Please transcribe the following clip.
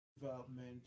development